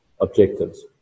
objectives